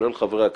כולל חברי הכנסת.